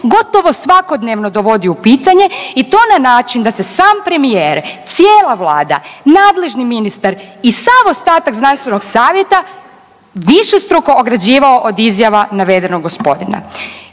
gotovo svakodnevno dovodi u pitanje i to na način da se sam premijer, cijela Vlada, nadležni ministar i sav ostatak Znanstvenog savjeta višestruko ograđivao od izjava navedenog gospodina.